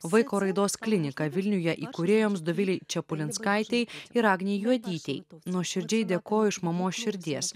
vaiko raidos klinika vilniuje įkūrėjoms dovilei čepulinskaitei ir agnei juodytei nuoširdžiai dėkoju iš mamos širdies